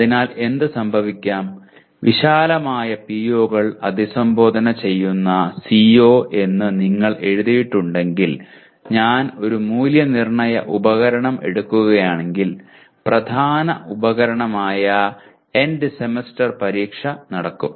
അതിനാൽ എന്ത് സംഭവിക്കാം വിശാലമായ PO കൾ അഭിസംബോധന ചെയുന്ന CO എന്ന് നിങ്ങൾ എഴുതിയിട്ടുണ്ടെങ്കിൽ ഞാൻ ഒരു മൂല്യനിർണ്ണയ ഉപകരണം എടുക്കുകയാണെങ്കിൽ പ്രധാന ഉപകരണമായ എൻഡ് സെമസ്റ്റർ പരീക്ഷ നടക്കും